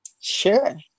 Sure